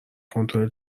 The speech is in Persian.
کنترل